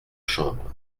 chambre